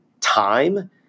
time